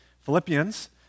Philippians